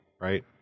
right